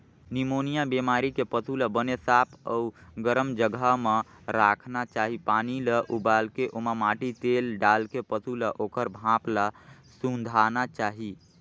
pneumonia बेमारी के पसू ल बने साफ अउ गरम जघा म राखना चाही, पानी ल उबालके ओमा माटी तेल डालके पसू ल ओखर भाप ल सूंधाना चाही